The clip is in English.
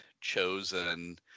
chosen